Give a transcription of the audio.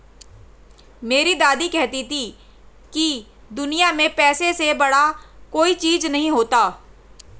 मेरी दादी कहती थी कि दुनिया में पैसे से बड़ा कोई चीज नहीं होता